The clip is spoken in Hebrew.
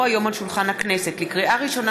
נא להצביע.